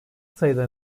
sayıda